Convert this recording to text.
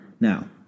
Now